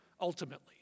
ultimately